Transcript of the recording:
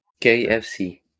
KFC